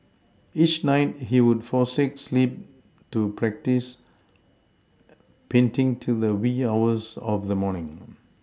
each night he would forsake sleep to practise painting to the wee hours of the morning